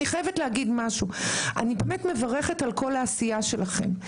אני באמת מברכת על כל העשייה שלכם,